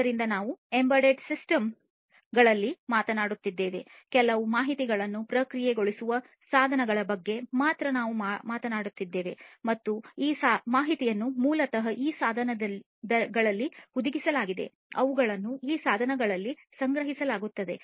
ಆದ್ದರಿಂದ ನಾವು ಎಂಬೆಡೆಡ್ ಸಿಸ್ಟಮ್ಗಳ ಬಗ್ಗೆ ಮಾತನಾಡುತ್ತಿದ್ದೇವೆ ಕೆಲವು ಮಾಹಿತಿಯನ್ನು ಪ್ರಕ್ರಿಯೆಗೊಳಿಸುವ ಸಾಧನಗಳ ಬಗ್ಗೆ ಮಾತ್ರ ನಾವು ಮಾತನಾಡುತ್ತಿದ್ದೇವೆ ಮತ್ತು ಈ ಮಾಹಿತಿಯನ್ನು ಮೂಲತಃ ಈ ಸಾಧನಗಳಲ್ಲಿ ಹುದುಗಿಸಲಾಗಿದೆ ಅವುಗಳನ್ನು ಈ ಸಾಧನಗಳಲ್ಲಿ ಸಂಗ್ರಹಿಸಲಾಗುತ್ತದೆ